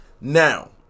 Now